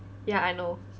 ya I know